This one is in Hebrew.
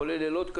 כולל לילות,